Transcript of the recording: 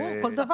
ברור, כל דבר.